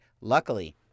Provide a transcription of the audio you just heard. luckily